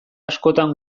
askotan